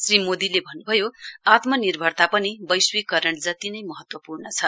श्री मोदीले भन्नुभयो आत्मनिर्भरता पनि वैश्वीकरण जति नै महत्वपूर्ण छ